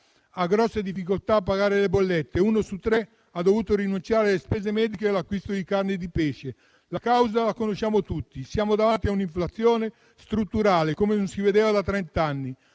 ha grosse difficoltà a pagare le bollette, uno su tre ha dovuto rinunciare alle spese mediche e all'acquisto di carne e pesce. La causa la conosciamo tutti. Siamo davanti a un'inflazione strutturale come non si vedeva da trent'anni: